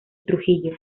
trujillo